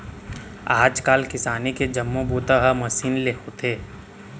आज काल किसानी के जम्मो बूता ह मसीन ले होथे